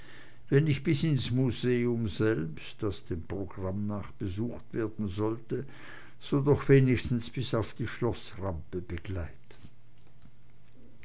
wenn nicht bis ins museum selbst das dem programm nach besucht werden sollte so doch wenigstens bis auf die schloßrampe begleiten